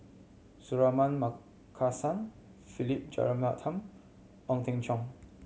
Suratman Markasan Philip Jeyaretnam Ong Teng Cheong